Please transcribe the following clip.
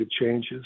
changes